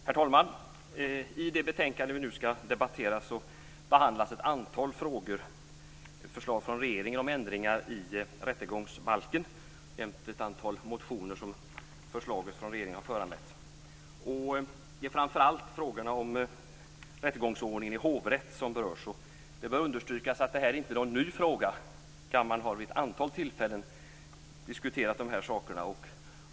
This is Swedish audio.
Herr talman! I det betänkande som vi nu skall debattera behandlas ett antal förslag från regeringen om ändringar i rättegångsbalken jämte ett antal motioner som förslaget från regeringen har föranlett. Det är framför allt frågor om rättegångsordningen i hovrätt som berörs. Det bör understrykas att det här inte är någon ny fråga. Kammaren har vid ett antal tillfällen diskuterat de här sakerna.